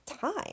time